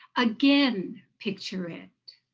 again picture it